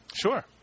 Sure